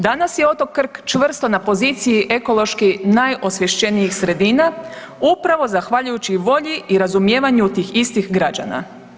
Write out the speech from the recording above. Danas je otok Krk čvrsto na poziciji ekološki najosvješćenijih sredina upravo zahvaljujući volji i razumijevanju tih istih građana.